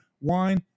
wine